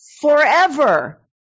forever